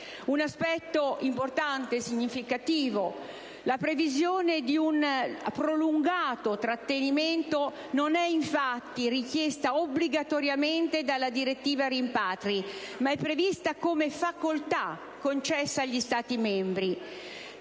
un massimo di 18 mesi. La previsione di un prolungato trattenimento non è infatti richiesta obbligatoriamente dalla direttiva rimpatri, ma è prevista come facoltà concessa agli Stati membri.